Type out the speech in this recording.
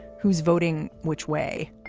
who's voting, which way.